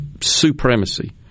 supremacy